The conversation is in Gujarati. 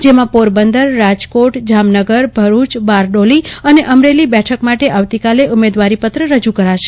તેમાં પોરબંદર રાજકોટ જામનગર ભરૂચ બારડોલી અને અમરેલી બેઠક માટે આવતીકાલે ઉમેદવારીપત્ર રજૂ કરશે